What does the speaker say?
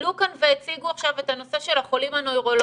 עלו כאן והציגו את עכשיו את הנושא של החולים הנוירולוגים,